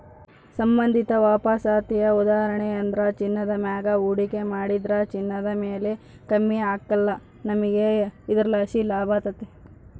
ಸಂಬಂಧಿತ ವಾಪಸಾತಿಯ ಉದಾಹರಣೆಯೆಂದ್ರ ಚಿನ್ನದ ಮ್ಯಾಗ ಹೂಡಿಕೆ ಮಾಡಿದ್ರ ಚಿನ್ನದ ಬೆಲೆ ಕಮ್ಮಿ ಆಗ್ಕಲ್ಲ, ನಮಿಗೆ ಇದರ್ಲಾಸಿ ಲಾಭತತೆ